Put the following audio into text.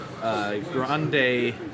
Grande